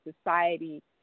society